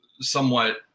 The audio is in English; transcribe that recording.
somewhat